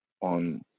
on